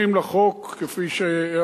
לגבי התיקונים לחוק, כפי שאמרתי,